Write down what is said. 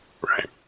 Right